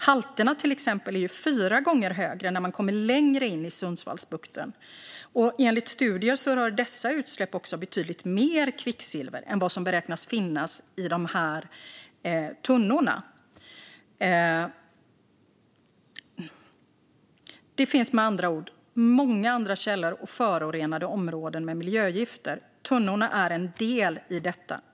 Halterna är till exempel fyra gånger högre när man kommer längre in i Sundsvallsbukten. Enligt studier rör dessa utsläpp också betydligt mer kvicksilver än vad som beräknas finnas i de här tunnorna. Det finns med andra ord många andra källor och förorenade områden med miljögifter. Tunnorna är en del i detta.